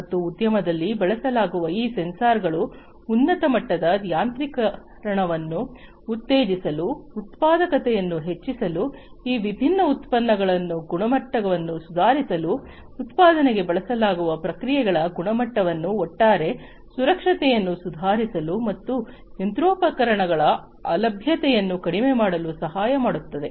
ಮತ್ತು ಉದ್ಯಮದಲ್ಲಿ ಬಳಸಲಾಗುವ ಈ ಸೆನ್ಸರ್ಗಳು ಉನ್ನತ ಮಟ್ಟದ ಯಾಂತ್ರೀಕರಣವನ್ನು ಉತ್ತೇಜಿಸಲು ಉತ್ಪಾದಕತೆಯನ್ನು ಹೆಚ್ಚಿಸಲು ಈ ವಿಭಿನ್ನ ಉತ್ಪನ್ನಗಳ ಗುಣಮಟ್ಟವನ್ನು ಸುಧಾರಿಸಲು ಉತ್ಪಾದನೆಗೆ ಬಳಸಲಾಗುವ ಪ್ರಕ್ರಿಯೆಗಳ ಗುಣಮಟ್ಟವನ್ನು ಒಟ್ಟಾರೆ ಸುರಕ್ಷತೆಯನ್ನು ಸುಧಾರಿಸಲು ಮತ್ತು ಯಂತ್ರೋಪಕರಣಗಳ ಅಲಭ್ಯತೆಯನ್ನು ಕಡಿಮೆ ಮಾಡಲು ಸಹಾಯ ಮಾಡುತ್ತದೆ